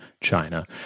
China